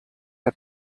der